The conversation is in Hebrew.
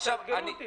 תאתגרו אותי.